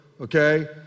okay